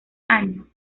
año